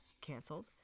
canceled